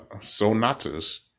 sonatas